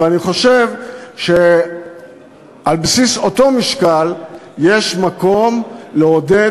אבל אני חושב שעל בסיס אותו משקל יש מקום לעודד